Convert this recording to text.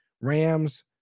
Rams